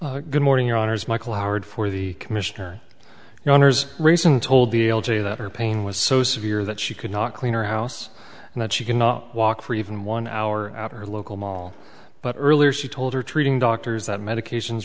you good morning your honor is michael howard for the commissioner honors reason told the l j that her pain was so severe that she could not clean her house and that she could not walk for even one hour after local mall but earlier she told her treating doctors that medications